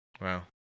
Wow